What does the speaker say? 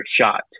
shot